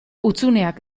hutsuneak